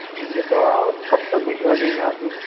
ठीक है तो कब तक भिजवा देंगे आप यह